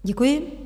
Děkuji.